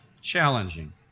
challenging